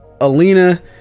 Alina